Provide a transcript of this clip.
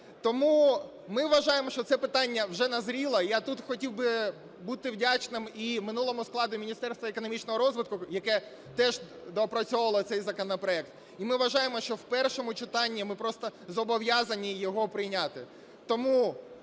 Тому ми вважаємо, що це питання вже назріло. Я тут хотів би бути вдячним і минулому складу Міністерства економічного розвитку, яке теж доопрацьовувало цей законопроект. І ми вважаємо, що в першому читанні ми просто зобов'язані його прийняти.